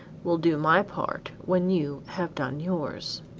will do my part when you have done yours.